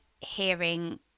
hearing